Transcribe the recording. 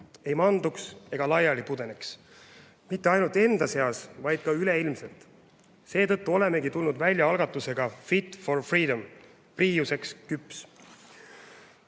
ei manduks ega laiali pudeneks. Mitte ainult enda seas, vaid ka üleilmselt. Seetõttu olemegi tulnud välja algatusegafit for freedom– 'priiuseks küps'.